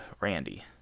Randy